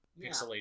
pixelated